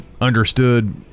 understood